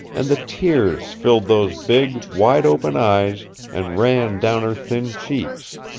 and the tears filled those big, wide-open eyes and ran down her thin cheeks.